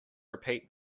repeat